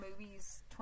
movies